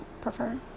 prefer